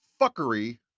fuckery